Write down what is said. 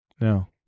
No